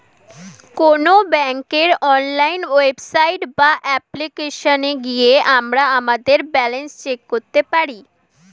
কোনো ব্যাঙ্কের online website বা অ্যাপ্লিকেশনে গিয়ে আমরা আমাদের ব্যালেন্স চেক করতে পারি